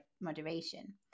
moderation